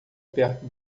perto